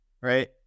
right